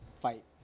fight